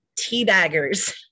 teabaggers